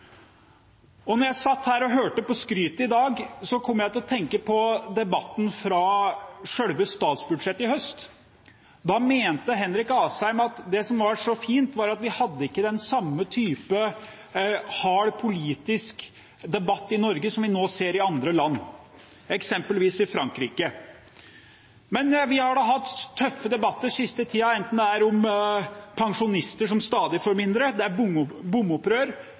jeg satt her og hørte på skrytet i dag, kom jeg til å tenke på debatten fra selve statsbudsjettet i høst. Da mente Henrik Asheim at det som var så fint, var at vi ikke hadde samme type harde politiske debatter i Norge som vi nå ser i andre land, eksempelvis i Frankrike. Men vi har hatt tøffe debatter den siste tiden, enten det er om pensjonister som stadig får mindre, om bompengeopprør eller om kvinners rettigheter til abort. Utfordringen er